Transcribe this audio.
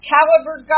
Caliber